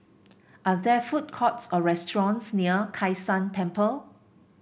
are there food courts or restaurants near Kai San Temple